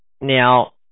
Now